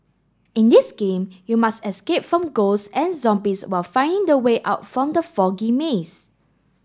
in this game you must escape from ghosts and zombies while finding the way out from the foggy maze